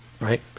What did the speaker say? right